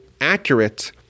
accurate